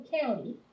County